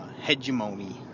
hegemony